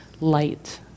light